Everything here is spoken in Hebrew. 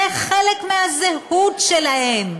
זה חלק מהזהות שלהם.